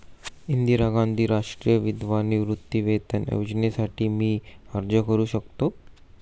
इंदिरा गांधी राष्ट्रीय विधवा निवृत्तीवेतन योजनेसाठी मी अर्ज करू शकतो?